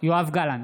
יואב גלנט,